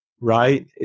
right